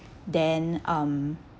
then um